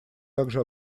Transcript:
также